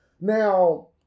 Now